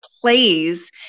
plays